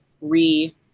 re